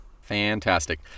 fantastic